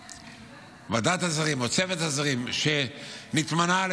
כאשר ועדת השרים או צוות השרים שנתמנה על